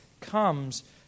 comes